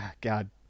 God